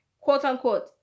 quote-unquote